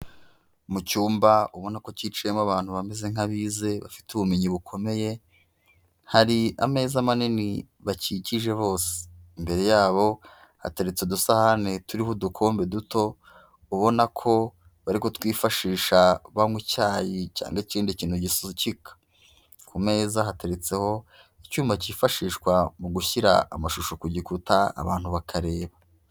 Mu cyumba ubona ko cyicayemo abantu bameze nk'abize, bafite ubumenyi bukomeye, hari ameza manini bakikije bose, imbere yabo hateretse udusahane turiho udukombe duto, ubona ko bari kutwifashisha banywa icyayi, cyangwa ikindi kintu gisukika, ku meza hateretseho icyuma cyifashishwa mu gushyira amashusho ku gikuta abantu bakareba.